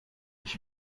ich